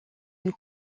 une